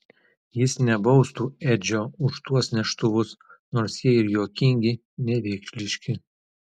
jis nebaustų edžio už tuos neštuvus nors jie ir juokingi nevėkšliški